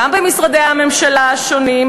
גם במשרדי הממשלה השונים,